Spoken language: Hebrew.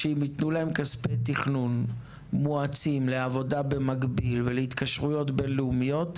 אם ייתנו להם כספי תכנון מואצים לעבודה במקביל ולהתקשרויות בין-לאומיות,